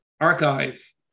archive